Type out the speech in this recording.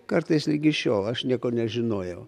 kartais ligi šiol aš nieko nežinojau